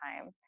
time